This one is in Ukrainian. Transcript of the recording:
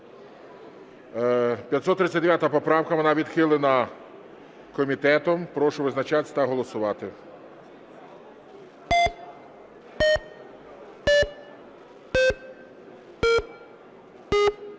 789 поправку. Вона відхилена комітетом. Прошу визначатись та голосувати.